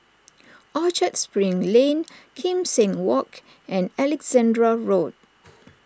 Orchard Spring Lane Kim Seng Walk and Alexandra Road